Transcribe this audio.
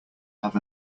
have